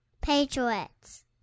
Patriots